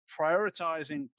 prioritizing